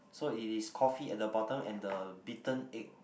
so it is coffee at the bottom and the beaten egg